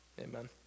amen